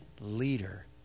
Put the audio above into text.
leader